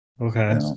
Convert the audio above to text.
Okay